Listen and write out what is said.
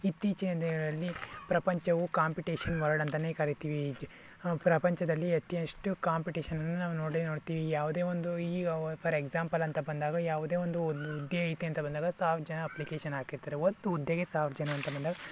ಇತ್ತೀಚಿನ ದಿನಗಳಲ್ಲಿ ಪ್ರಪಂಚವು ಕಾಂಪಿಟೇಷನ್ ವರ್ಲ್ಡ್ ಅಂತನೇ ಕರಿತೀವಿ ಪ್ರಪಂಚದಲ್ಲಿ ಅತಿ ಎಷ್ಟು ಕಾಂಪಿಟೇಷನನ್ನು ನಾವು ನೋಡೇ ನೋಡ್ತೀವಿ ಯಾವುದೇ ಒಂದು ಈಗ ಫಾರ್ ಎಕ್ಸಾಂಪಲ್ ಅಂತ ಬಂದಾಗ ಯಾವುದೇ ಒಂದು ಹುದ್ದೆ ಐತೆ ಅಂತ ಬಂದಾಗ ಸಾವಿರ ಜನ ಅಪ್ಲಿಕೇಶನ್ ಹಾಕಿರ್ತಾರೆ ಒಂದು ಹುದ್ದೆಗೆ ಸಾವಿರ ಜನ ಅಂತ ಬಂದಾಗ